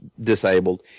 disabled